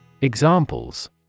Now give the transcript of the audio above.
examples